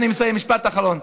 משפט אחרון,